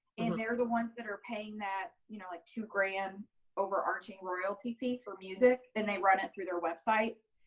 and they're the ones that are paying that you know like two brand overarching royalty fee for music and they run it through their websites.